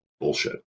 bullshit